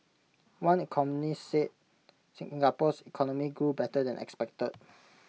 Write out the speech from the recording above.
one economist said Singapore's economy grew better than expected